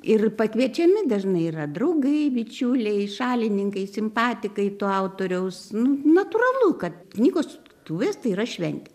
ir pakviečiami dažnai yra draugai bičiuliai šalininkai simpatikai tu autoriaus nu natūralu kad knygos sutiktuvės tai yra šventė